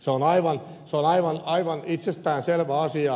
se on aivan itsestäänselvä asia